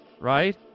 Right